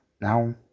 Now